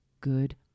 good